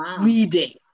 reading